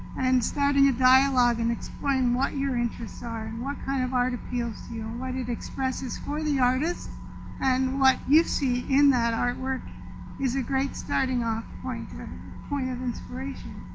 and starting a dialog and explain what your interests are and what kind of art appeals to you and what it expresses for the artist and what you see in that artwork is a great starting off point point of inspiration.